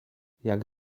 jak